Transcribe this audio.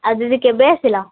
ଆଉ ଦିଦି କେବେ ଆସିଲ